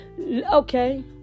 Okay